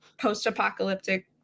post-apocalyptic